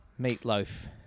meatloaf